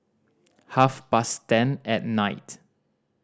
half past ten at night